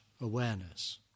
awareness